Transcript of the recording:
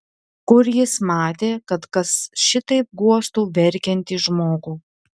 kur jis matė kad kas šitaip guostų verkiantį žmogų